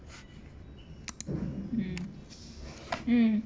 mm mm